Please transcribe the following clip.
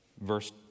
Verse